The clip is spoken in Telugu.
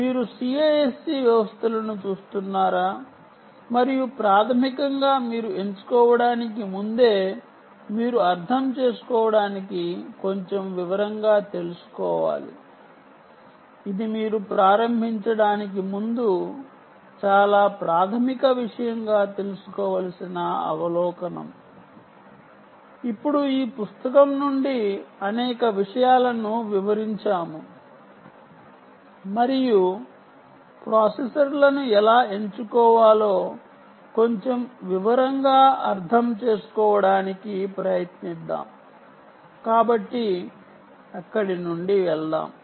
కాబట్టి నేను ఇంతకు ముందు రాసిన దానిని పాటించుకోకండి ఎందుకంటే నేను అకడమిక్ ప్రయోజనం కోసం వ్రాసాను కాని నిజంగా మీకు కావాలంటే నేను ఇక్కడ మిమ్మల్ని సూచించనివ్వండి నేను RISC మరియు CISC గురించి వ్రాసాను కాని CISC మరియు RISC నిజంగానే ఉన్న అదే టోకెన్ ద్వారా నేను తక్కువ లో తక్కువ అర్ధవంతం అని చెప్తాను అప్పుడు అలా రాయడానికి ఇదే కారణం